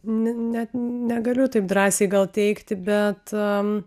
ne net negaliu taip drąsiai gal teigti bet